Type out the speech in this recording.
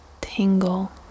tingle